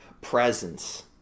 presence